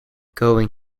going